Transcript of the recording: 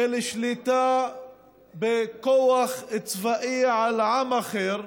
של שליטה בכוח צבאי על עם אחר,